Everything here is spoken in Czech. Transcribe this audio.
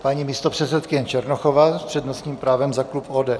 Paní místopředsedkyně Černochová s přednostním právem za klub ODS.